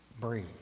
Breathe